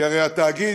כי הרי התאגיד,